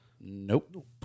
Nope